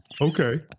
Okay